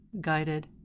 guided